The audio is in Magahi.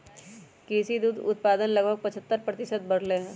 कृषि दुग्ध उत्पादन लगभग पचहत्तर प्रतिशत बढ़ लय है